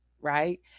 right